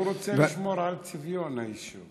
הוא רוצה לשמור על צביון היישוב.